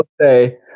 say